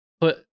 put